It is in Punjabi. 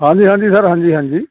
ਹਾਂਜੀ ਹਾਂਜੀ ਸਰ ਹਾਂਜੀ ਹਾਂਜੀ